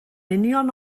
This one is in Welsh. union